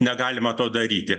negalima to daryti